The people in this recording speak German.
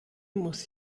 muss